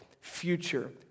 future